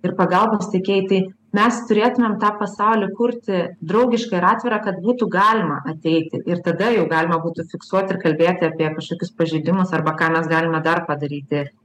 ir pagalbos teikėjai tai mes turėtumėm tą pasaulį kurti draugišką ir atvirą kad būtų galima ateiti ir tada jau galima būtų fiksuot ir kalbėti apie kažkokius pažeidimus arba ką mes galime dar padaryti